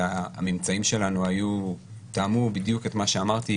והממצאים שלנו תאמו בדיוק את מה שאמרתי.